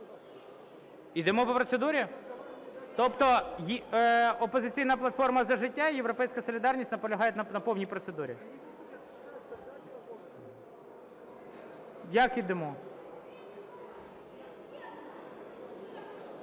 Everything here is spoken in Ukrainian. Йдемо по процедурі. Тобто "Опозиційна платформа - За життя" і "Європейська солідарність" наполягають на повній процедурі. (Шум